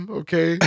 okay